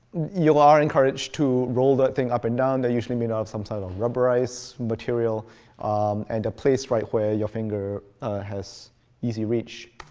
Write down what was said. you are encouraged to roll that thing up and down. they're usually made out of some sort of rubberized material and a place right where your finger has easy reach.